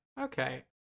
okay